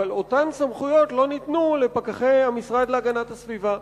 אבל אותן סמכויות לא ניתנו לפקחי המשרד להגנת הסביבה.